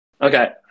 Okay